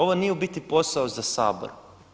Ovo nije u biti posao za Sabor.